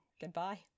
Goodbye